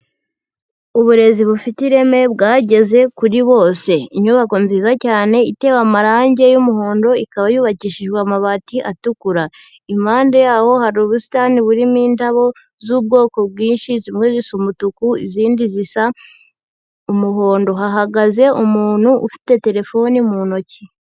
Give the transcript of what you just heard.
Uburezi bufite ireme bwageze kuri bose. Inyubako nziza cyane itewe amarangi y'umuhondo, ikaba yubakishijwe amabati atukura. Impande yaho hari ubusitani burimo indabo z'ubwoko bwinshi, zimwe zisa umutuku, izindi zisa umuhondo. Hahagaze umuntu ufite terefone mu ntoki.